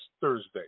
Thursday